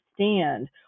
understand